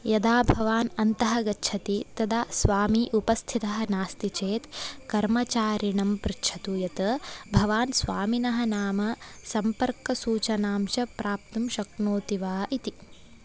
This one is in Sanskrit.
यदा भवान् अन्तः गच्छति तदा स्वामी उपस्थितः नास्ति चेत् कर्मचारिणं पृच्छतु यत् भवान् स्वामिनः नाम सम्पर्कसूचनां च प्राप्तुं शक्नोति वा इति